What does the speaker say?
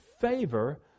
favor